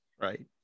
right